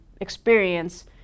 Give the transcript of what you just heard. experience